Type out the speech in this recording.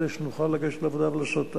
כדי שנוכל לגייס אותו לעבודה ולעשות אותה.